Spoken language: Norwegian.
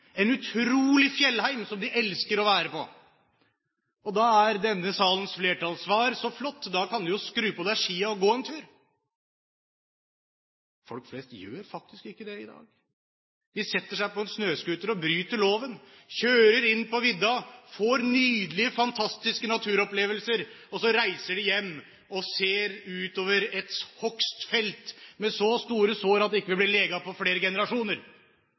en utrolig fjellheim som de elsker å være i. Da er denne salens flertalls svar: Så flott, da kan du jo skru på deg skiene og gå en tur! Folk flest gjør faktisk ikke det i dag. De setter seg på en snøscooter og bryter loven, kjører inn på vidda, får nydelige, fantastiske naturopplevelser, og så reiser de hjem og ser utover et hogstfelt med så store sår at det ikke vil bli leget på flere generasjoner.